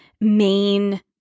main